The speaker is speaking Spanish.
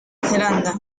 zelanda